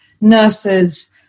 nurses